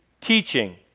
teaching